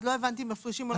לא הבנתי אם מפרישים או לא.